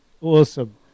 Awesome